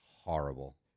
horrible